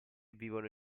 vivono